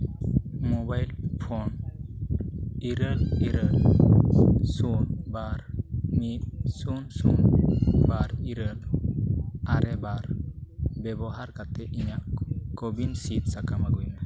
mobile phone ᱤᱨᱟᱹᱞ ᱤᱨᱟᱹᱞ ᱥᱩᱱ ᱵᱟᱨ ᱢᱤᱫ ᱥᱩᱱ ᱥᱩᱱ ᱵᱟᱨ ᱤᱨᱟᱹᱞ ᱟᱨᱮ ᱵᱟᱨ ᱵᱮᱵᱚᱦᱟᱨ ᱠᱟᱛᱮᱫ ᱤᱧᱟᱹᱜ ᱠᱚᱵᱤᱱ ᱥᱤᱫᱽ ᱥᱟᱠᱟᱢ ᱟᱹᱜᱩᱭ ᱢᱮ